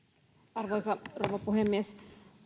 arvoisa rouva puhemies